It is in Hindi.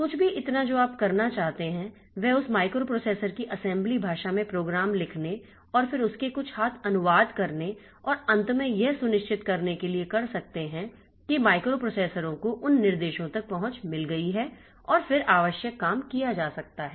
कुछ भी इतना जो आप करना चाहते हैं वह उस माइक्रोप्रोसेसर की असेंबली भाषा में प्रोग्राम लिखने और फिर उसके कुछ हाथ अनुवाद करने और अंत में यह सुनिश्चित करने के लिए कर सकते हैं कि माइक्रोप्रोसेसर को उन निर्देशों तक पहुँच मिल गई है और फिर आवश्यक काम किया जा सकता है